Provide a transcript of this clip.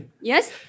Yes